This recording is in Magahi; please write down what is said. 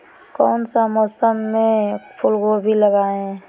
कौन सा मौसम में फूलगोभी लगाए?